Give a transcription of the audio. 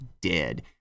dead